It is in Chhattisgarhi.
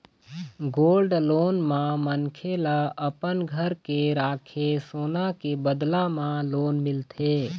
गोल्ड लोन म मनखे ल अपन घर के राखे सोना के बदला म लोन मिलथे